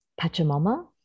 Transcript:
Pachamama